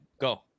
Go